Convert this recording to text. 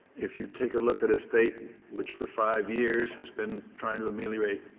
if you take a look at a state which for five years has been trying to ameliorate